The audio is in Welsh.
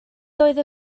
doedd